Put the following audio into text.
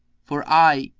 for i,